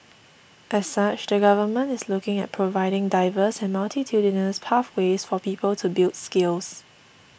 as such the Government is looking at providing diverse and multitudinous pathways for people to build skills